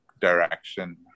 direction